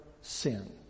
sin